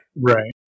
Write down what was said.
Right